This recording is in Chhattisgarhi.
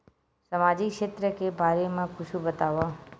सामाजिक क्षेत्र के बारे मा कुछु बतावव?